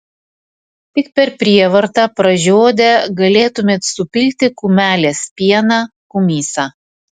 tik per prievartą pražiodę galėtumėt supilti kumelės pieną kumysą